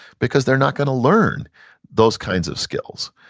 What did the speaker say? because they're not gonna learn those kinds of skills,